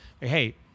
hey